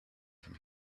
from